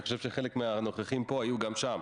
אני חושב שחלק מהנוכחים פה היו גם שם.